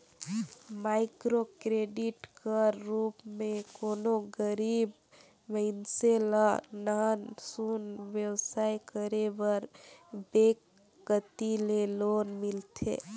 micro credit कर रूप में कोनो गरीब मइनसे ल नान सुन बेवसाय करे बर बेंक कती ले लोन मिलथे